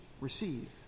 receive